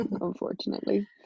unfortunately